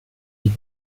die